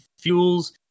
fuels